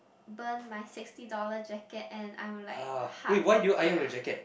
burn my sixty dollar jacket and I am like heartbroken